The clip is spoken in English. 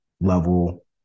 level